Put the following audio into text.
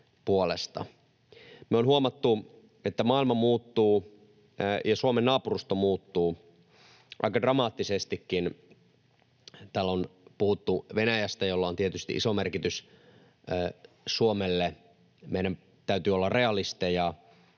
Me olemme huomanneet, että maailma muuttuu ja Suomen naapurusto muuttuu — aika dramaattisestikin. Täällä on puhuttu Venäjästä, jolla on tietysti iso merkitys Suomelle. Meidän täytyy olla realisteja,